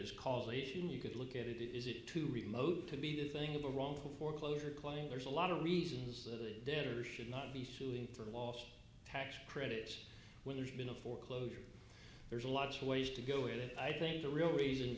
as causation you could look at it is it too remote to be the thing of a wrongful foreclosure claim there's a lot of reasons that the debtors should not be suing for lost tax credits when there's been a foreclosure there's a lot of ways to go and i think the real reason